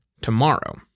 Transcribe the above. tomorrow